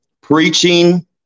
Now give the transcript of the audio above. preaching